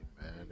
Amen